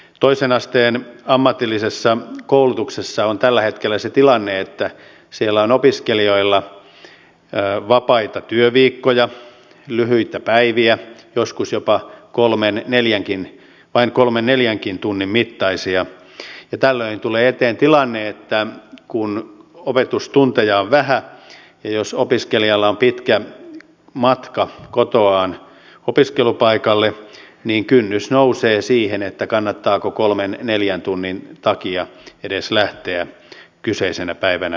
toisen asteen ammatillisessa koulutuksessa on tällä hetkellä se tilanne että siellä on opiskelijoilla vapaita työviikkoja lyhyitä päiviä joskus vain kolmen neljänkin tunnin mittaisia ja tällöin tulee eteen tilanne että kun opetustunteja on vähän ja jos opiskelijalla on pitkä matka kotoaan opiskelupaikalle niin kynnys nousee siihen kannattaako kolmen neljän tunnin takia edes lähteä kyseisenä päivänä kouluun